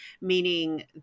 meaning